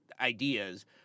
ideas